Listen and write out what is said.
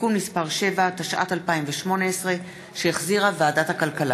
(תיקון מס' 7), התשע"ו 2018, שהחזירה ועדת הכלכלה.